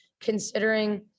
considering